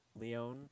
Leon